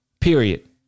period